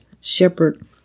shepherd